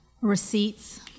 receipts